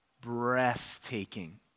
breathtaking